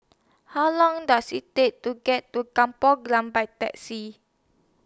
How Long Does IT Take to get to Kampung Glam By Taxi